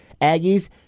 aggies